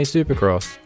Supercross